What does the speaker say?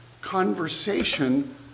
conversation